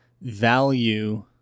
value